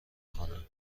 کنه